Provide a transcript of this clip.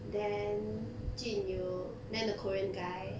then jun you then the korean guy